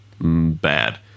bad